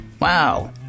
Wow